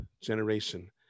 generation